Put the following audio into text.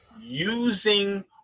using